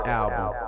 album